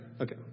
Okay